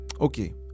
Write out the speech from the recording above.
Okay